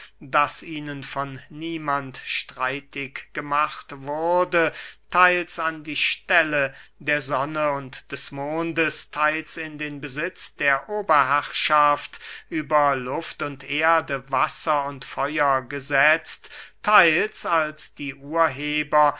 das ihnen von niemand streitig gemacht wurde theils an die stelle der sonne und des mondes theils in den besitz der oberherrschaft über luft und erde wasser und feuer gesetzt theils als die urheber